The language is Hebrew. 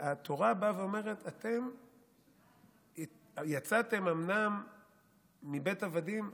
התורה באה ואומרת: אתם אומנם יצאתם מבית עבדים,